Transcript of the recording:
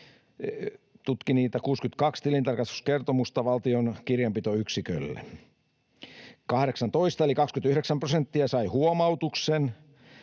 2020 62 tilintarkastuskertomusta valtion kirjanpitoyksiköille. 18 niistä eli 29 prosenttia sai huomautuksen,